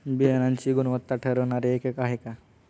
बियाणांची गुणवत्ता ठरवणारे एकक आहे का?